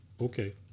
okay